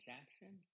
Jackson